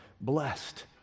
blessed